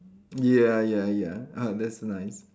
ya ya ya ah that's nice